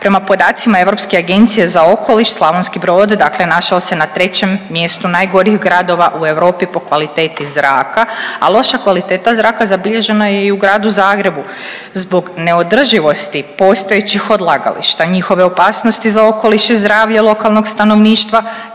Prema podacima Europske agencije za okoliš Slavonski Brod, dakle našao se na trećem mjestu najgorih gradova u Europi po kvaliteti zraka, a loša kvaliteta zraka zabilježena je i u gradu Zagrebu zbog neodrživosti postojećih odlagališta, njihove opasnosti za okoliš i zdravlje lokalnog stanovništva,